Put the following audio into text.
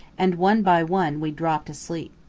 and one by one we dropped asleep.